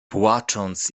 płacząc